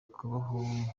kubaho